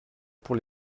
pour